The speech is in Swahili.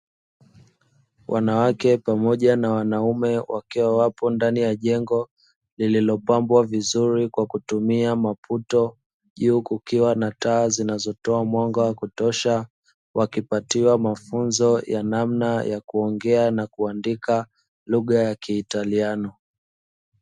Wanawake pamoja na wanaume wakiwa ndani ya jengo lililopambwa vizuri kwa kutumia maputo, juu kukiwa na taa zinazotoa mwanga wa kutosha, wakipatiwa mafunzo ya namna ya kuongea na kuandika lugha ya kiitaliano.